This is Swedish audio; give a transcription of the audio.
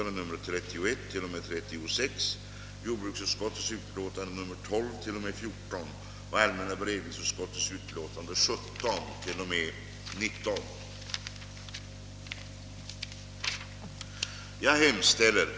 Investeringarna inom kommunen börjar emellertid ända upp till 5—6 år före.